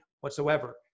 whatsoever